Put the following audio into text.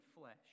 flesh